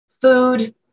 food